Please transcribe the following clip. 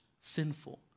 sinful